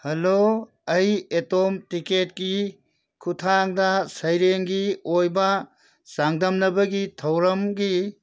hello ꯑꯩ atom ꯇꯤꯀꯦꯠꯀꯤ ꯈꯨꯠꯊꯥꯡꯗ ꯁꯩꯔꯦꯡꯒꯤ ꯑꯣꯏꯕ ꯆꯥꯡꯗꯝꯅꯕꯒꯤ ꯊꯧꯔꯝꯒꯤ